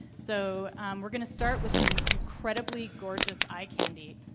so we're going to start with some incredibly gorgeous eye candy.